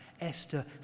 Esther